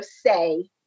say